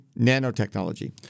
nanotechnology